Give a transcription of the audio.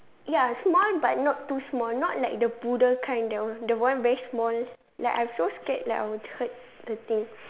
ya small but not too small not like the poodle kind that one that one very small like I'm so scared like I will hurt the thing